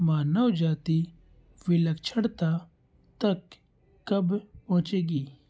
मानव जाति विलक्षणता तक कब पहुँचेगी